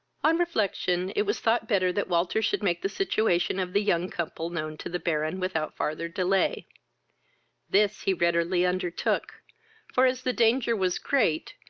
on refection, it was thought better that walter should make the situation of the young couple known to the baron without farther delay this he readily undertook for, as the danger was great,